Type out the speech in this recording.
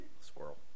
squirrel